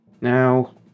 Now